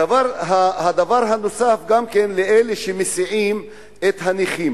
דבר נוסף, גם כן לאלה שמסיעים נכים.